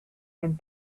and